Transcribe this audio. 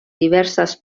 diverses